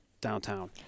downtown